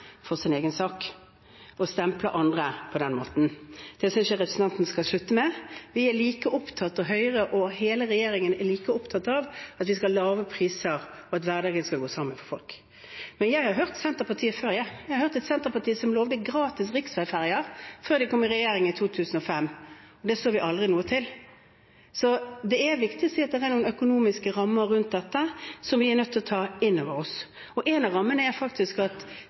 for sin egen sak. Det synes jeg representanten skal slutte med. Høyre og hele regjeringen er like opptatt av at vi skal ha lave priser, og at hverdagen skal gå sammen for folk. Men jeg har hørt Senterpartiet før, jeg – et senterparti som lovde gratis riksveiferger før de kom i regjering i 2005. Det så vi aldri noe til. Det er viktig å si at det er noen økonomiske rammer rundt dette som vi er nødt til å ta inn over oss. En av rammene er faktisk at